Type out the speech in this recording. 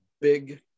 big